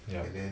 ya